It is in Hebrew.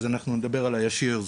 אנחנו נדבר על הישיר.